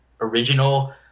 original